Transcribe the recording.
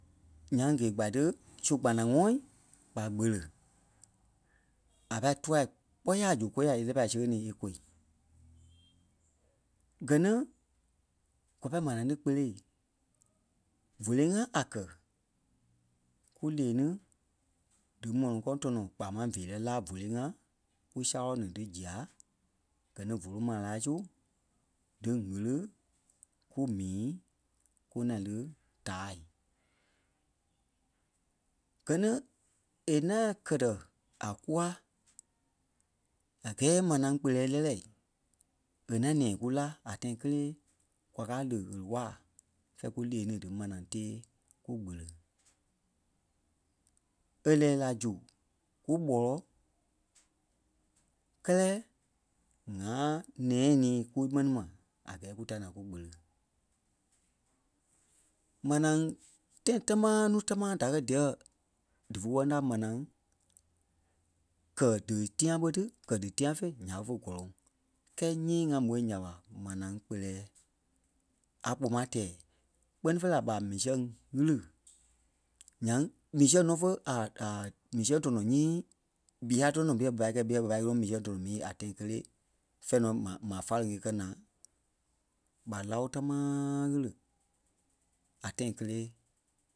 Nyaŋ gei-kpa ti su kpanaŋɔɔ ɓa kpele a pâi tua kpɔ́ ya a zu kôyaa é lɛ́ɛ pâi sẽŋ-ni íkôi. Gɛ ni kwa pâi manaa ti kpele vóloi-ŋa a kɛ̀ ku lee ni dí m̀oloŋ kɔŋ tɔnɔ kpaa máŋ feerɛi laa vóloi-ŋa ku zaa-wɔlɔ ni dí zîa gɛ ni vòloi maa laa su dí ɣili kú mii kú ŋaŋ lí tâai. Gɛ ni é ŋaŋ kɛ́tɛ a kûa a gɛɛ manaa kpeleɛɛ lɛ́lɛ é ŋaŋ nɛ̃ɛ kú lá a tãi kélee kwa káa lí ɣele-waa fɛ̂ɛ kú lee ni dí manaa tee kukpele. É lɛ́ɛ la zu kú kpɔlɔ kɛ́lɛ ŋa nɛ̃ɛ nii kumɛni mai a gɛɛ kú ta ni ŋai kukpele. Manaa tãi támaa núu támaa da kɛ́ díyɛɛ dífe wɛlini a manaa kɛ̀ dí tîaŋ ɓé tí kɛ̀ dí tîaŋ fêi nya ɓe fé gɔ́lɔŋ. Kɛɛ nyii ŋa môi nya ɓa manaa kpeleɛɛ, a kpɔ maa tɛɛ. Kpɛ́ni fêi la ɓa mii sɛŋ ɣili nyaŋ mii sɛŋ nɔ́ fó a- a mii sɛŋ tɔnɔɔ nyii ɓîa tɔnɔ ɓîɛ ɓa pâi kɛ̂i ɓîɛ ɓa pâi ŋɔnɔ mii sɛŋ tɔnɔ mii a tãi kélee fɛ̂ɛ nɔ maa- maa fáleŋ é kɛ̀ naa. ɓa láo támaaaa ɣili a tãi kélee